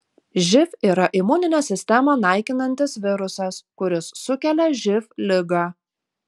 živ yra imuninę sistemą naikinantis virusas kuris sukelia živ ligą